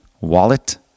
wallet